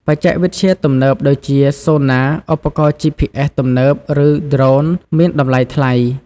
បច្ចេកវិទ្យាទំនើបដូចជា Sonar ឧបករណ៍ GPS ទំនើប ឬ Drones មានតម្លៃថ្លៃ។